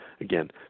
again